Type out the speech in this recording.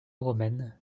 romaines